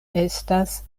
estas